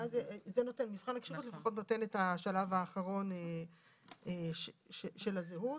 ואז מבחן הכשירות לפחות נותן את השלב האחרון של הזהות.